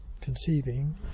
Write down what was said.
conceiving